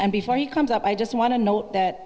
and before he comes up i just want to note that